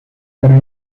para